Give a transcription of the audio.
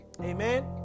Amen